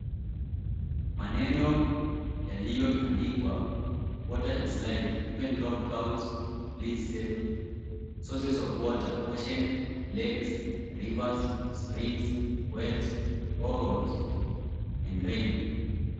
Maneno yaliyoandikwa 'Water is life even drop counts. Please save sources of water; ocean, lakes, rivers, springs, wells, boreholes and rain'.